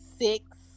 six